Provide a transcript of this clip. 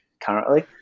currently